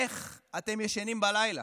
איך אתם ישנים בלילה?